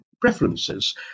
preferences